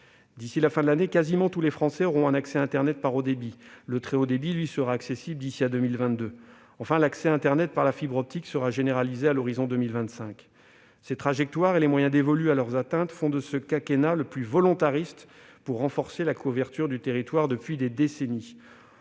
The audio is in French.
D'ici à la fin de l'année, quasiment tous les Français auront un accès à internet haut débit. Le très haut débit, lui, sera accessible d'ici à 2022. L'accès à internet par la fibre optique sera généralisé à l'horizon 2025. Ces trajectoires et les moyens dévolus pour les atteindre font de ce quinquennat le plus volontariste pour renforcer la couverture du territoire depuis des décennies.